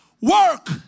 work